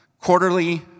Quarterly